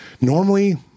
normally